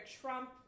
trump